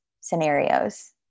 scenarios